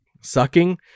sucking